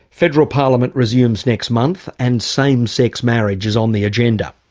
federal parliament resumes next month and same-sex marriage is on the agenda.